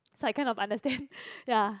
so I kind of understand ya